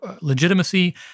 legitimacy